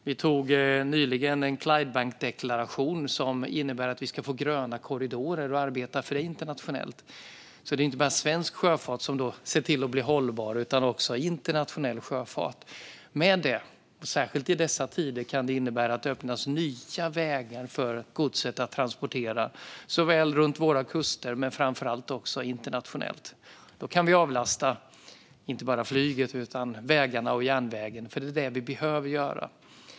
Vi tog nyligen en Clydebankdeklaration som innebär att vi ska få gröna korridorer och arbeta för det internationellt. Det är alltså inte bara svensk sjöfart som ser till att bli hållbar utan också internationell sjöfart. Särskilt i dessa tider kan det innebära att det öppnas nya vägar för godset att transporteras såväl runt våra kuster som internationellt. Då kan vi avlasta inte bara flyget utan vägarna och järnvägen, för det är det vi behöver göra.